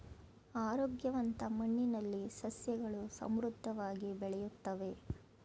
ಆರೋಗ್ಯವಂತ ಮಣ್ಣಿನಲ್ಲಿ ಸಸ್ಯಗಳು ಸಮೃದ್ಧವಾಗಿ ಬೆಳೆಯುತ್ತವೆ